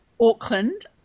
auckland